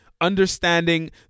understanding